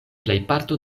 plejparto